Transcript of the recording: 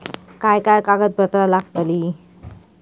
काय काय कागदपत्रा लागतील?